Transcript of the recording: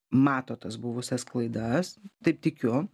mato tas buvusias klaidas taip tikiu